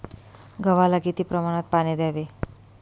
गव्हाला किती प्रमाणात पाणी द्यावे?